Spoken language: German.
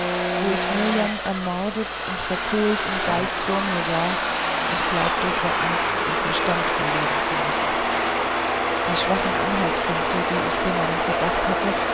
wo ich mirjam ermordet und verkohlt im geiste vor mir sah und glaubte vor angst den verstand verlieren zu müssen die schwachen anhaltspunkte die ich für meinen verdacht hatte